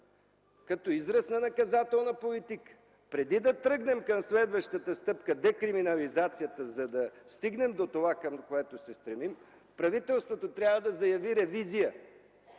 като израз на наказателна политика. Преди да тръгнем към следващата стъпка – декриминализацията, за да стигнем до това, към което се стремим –правителството трябва да заяви ревизия